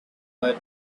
boy